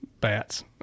bats